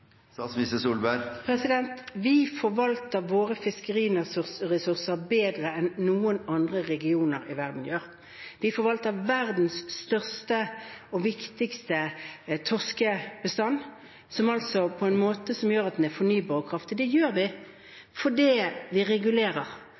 Vi forvalter våre fiskeriressurser bedre enn noen andre regioner i verden gjør. Vi forvalter verdens største og viktigste torskebestand på en måte som gjør at den er fornybar og kraftig. Det gjør vi fordi vi regulerer, fordi vi sørger for at det er profesjonelle fiskerier, fordi vi